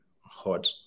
hot